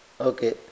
Okay